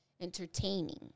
entertaining